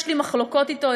יש לי מחלוקות אתו,